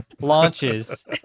launches